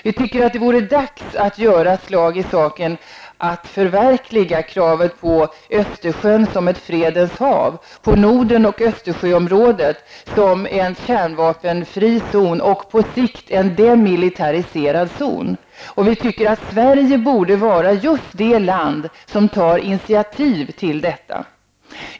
Det vore dags att göra slag i saken och förverkliga kraven på Östersjön som ett fredens hav och Norden och Östersjöområdet som en kärnvapenfri och, på sikt, demilitariserad zon. Vi tycker att just Sverige borde vara det land som tar initiativ till detta.